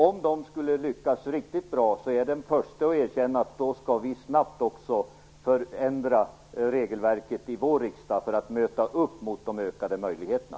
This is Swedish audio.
Om de skulle lyckas riktigt bra är jag den förste att erkänna att vi snabbt bör förändra regelverket i vår riksdag för att svara mot de ökade möjligheterna.